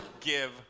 give